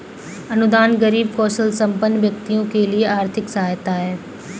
अनुदान गरीब कौशलसंपन्न व्यक्तियों के लिए आर्थिक सहायता है